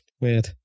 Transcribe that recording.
Weird